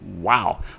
Wow